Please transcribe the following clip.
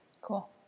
Cool